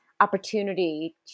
opportunity